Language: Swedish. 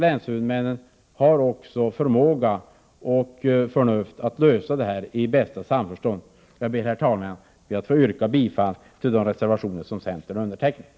Länshuvudmännen är förnuftiga och har förmåga att lösa detta i samförstånd. Jag ber, herr talman, att få yrka bifall till de reservationer som vi i centern har undertecknat.